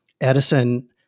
Edison